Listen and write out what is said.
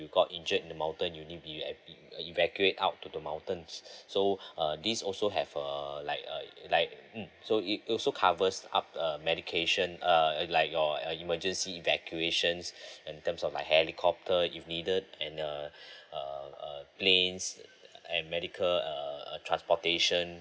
you got injured in the mountain you need be evacuate out to the mountains so err this also have err like uh like mm so it also covers up err medication uh like your emergency evacuations in terms of like helicopter you needed and uh uh uh planes and medical uh uh transportation